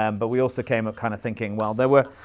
um but we also came up kind of thinking, well there were,